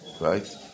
right